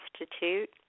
Institute